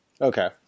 Okay